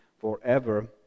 forever